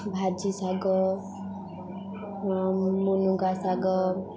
ଭାଜି ଶାଗ ମୁନୁଗା ଶାଗ